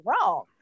wrong